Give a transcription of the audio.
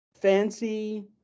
fancy